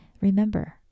Remember